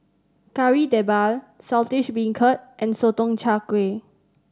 Kari Debal Saltish Beancurd and Sotong Char Kway